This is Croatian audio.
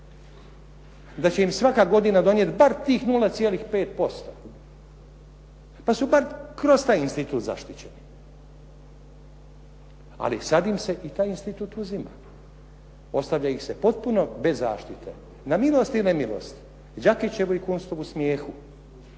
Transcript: da će im svaka godina donijeti bar tih 0,5%, pa su bar kroz taj institut zaštićeni. Ali sad im se i taj institut uzima. Ostavlja ih se potpuno bez zaštite, na milost i nemilost Đakićevu i Kunstovu smijehu,